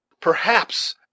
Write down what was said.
Perhaps